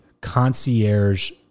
concierge